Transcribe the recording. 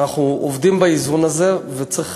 אנחנו עובדים באיזון הזה, וצריך